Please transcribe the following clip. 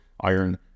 iron